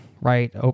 right